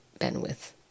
bandwidth